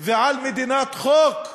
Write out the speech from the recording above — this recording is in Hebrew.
ועל מדינת חוק?